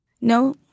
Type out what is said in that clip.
No